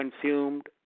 consumed